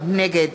נגד